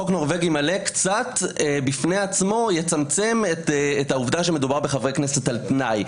חוק נורבגי מלא קצת יצמצם את העובדה שמדובר בחברי כנסת על תנאי.